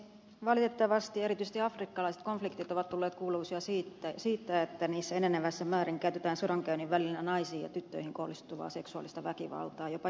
valitettavasti erityisesti afrikkalaiset konfliktit ovat olleet kuuluisia siitä että niissä enenevässä määrin käytetään sodankäynnin välineenä naisiin ja tyttöihin kohdistuvaa seksuaalista väkivaltaa jopa joukkoraiskauksia